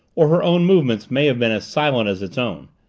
or her own movements may have been as silent as its own.